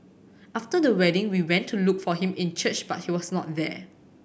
after the wedding we went to look for him in church but he was not there